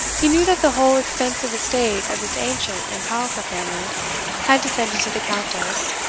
he knew that the whole extensive estate of this ancient and powerful family had descended to the countess,